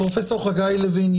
פרופ' חגי לוין,